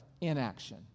inaction